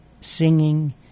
singing